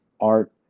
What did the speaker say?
Art